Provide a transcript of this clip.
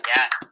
Yes